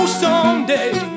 someday